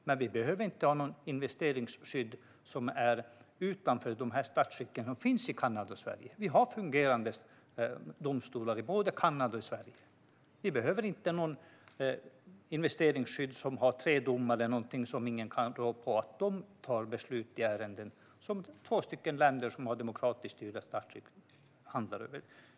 Men vi behöver inte ha något investeringsskydd som ligger utanför statsskicken i Kanada och Sverige. Vi har ju fungerande domstolar i både Kanada och Sverige, och därför behöver vi inte något investeringsskydd där tre domare som ingen rår på ska ta beslut i ärenden som två demokratiskt styrda länder rår över.